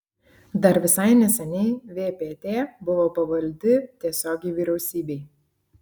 dar visai neseniai vpt buvo pavaldi tiesiogiai vyriausybei